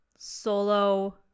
solo